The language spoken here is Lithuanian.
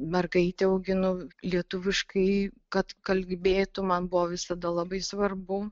mergaitę auginu lietuviškai kad kalbėtų man buvo visada labai svarbu